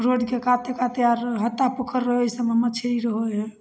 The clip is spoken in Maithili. रोडके काते काते आओर हत्ता पोखरि रहै ओहिसबमे मछरी रहै हइ